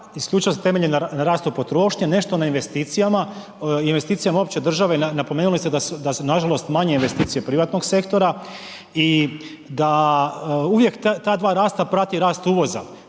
isključivo se temelji na rastu potrošnje, nešto na investicijama, investicijama opće države, napomenuli ste da su nažalost manje investicije privatnog sektora i da uvijek ta dva rasta prati rast uvoza,